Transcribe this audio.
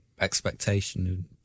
expectation